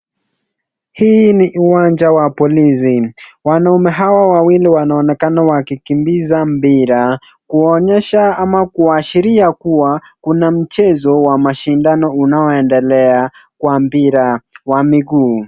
Hii ni uwanja wa Polisi. Wanaume hawa wawili wanaonekana wakikimbiza mpira kuonyesha ama kuashiria kuwa kuna mchezo wa mashindano unaoendelea kwa mpira wa miguu.